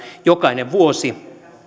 jokainen vuosi